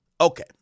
Okay